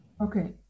okay